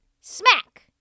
smack